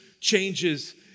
Changes